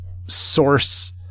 source